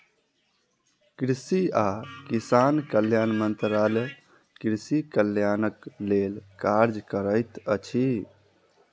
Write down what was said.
कृषि आ किसान कल्याण मंत्रालय कृषि कल्याणक लेल कार्य करैत अछि